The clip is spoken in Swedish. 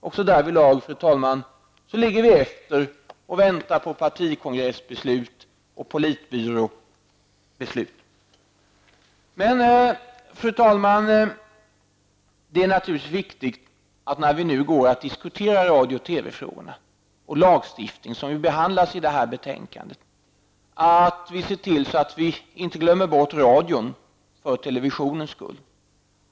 Också där, fru talman, ligger vi efter och väntar på partikongressbeslut, precis som man i Östeuropa väntade på Fru talman! När vi nu diskuterar radio och TV frågorna samt den lagstiftning som behandlas i detta betänkande, så är det viktigt att inte glömma bort radion för televisionens skull.